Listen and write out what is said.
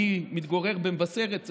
אני מתגורר במבשרת,